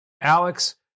Alex